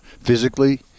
physically